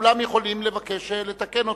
וכולם יכולים לבקש לתקן אותו.